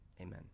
amen